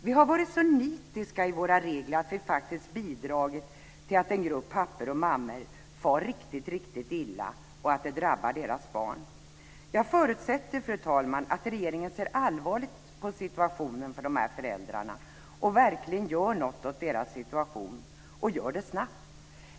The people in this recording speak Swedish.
Vi har varit så nitiska i våra regler att vi faktiskt bidragit till att en grupp av pappor och mammor far riktigt illa, vilket också drabbar deras barn. Jag förutsätter, fru talman, att regeringen ser allvarligt på situationen för de här föräldrarna och att den verkligen gör något åt deras situation och gör det snabbt.